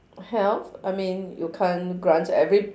health I mean you can't grant every